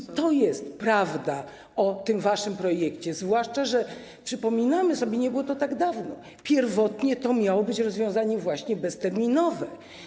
I to jest prawda o tym waszym projekcie, zwłaszcza że przypominamy sobie, nie było to tak dawno, że pierwotnie to miało być rozwiązanie właśnie terminowe.